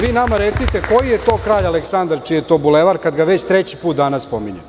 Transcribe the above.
Vi nama recite koji je to kralj Aleksandar čiji je to bulevar, kada ga već treći put danas spominjete?